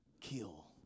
kill